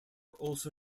also